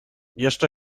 jeszcze